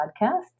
Podcast